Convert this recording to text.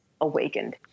awakened